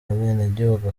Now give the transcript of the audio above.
abenegihugu